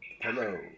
Hello